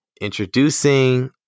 introducing